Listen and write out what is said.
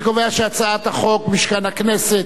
אני קובע שהצעת החוק משכן הכנסת,